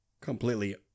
completely